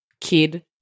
kid